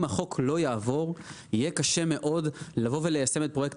אם החוק לא יעבור יהיה קשה מאוד ליישם את פרויקט